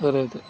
సరే అయితే